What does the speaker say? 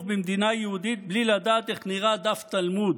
במדינה יהודית בלי לדעת איך נראה דף תלמוד.